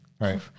right